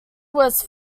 was